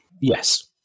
Yes